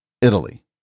Italy